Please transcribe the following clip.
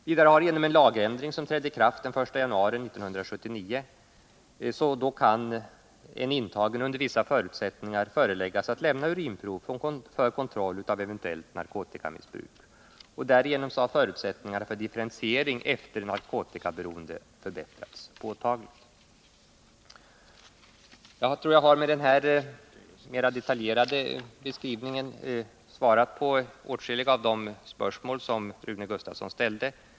Vidare kan, genom en lagändring som trädde i kraft den 1 januari 1979, en intagen under vissa förutsättningar föreläggas att lämna urinprov för kontroll av eventuellt narkotikamissbruk. Därigenom har förutsättningarna för differentiering efter narkotikaberoende förbättrats påtagligt. Jag tror att jag med den här mera detaljerade beskrivningen har svarat på åtskilliga av de spörsmål som Rune Gustavsson har ställt.